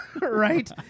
right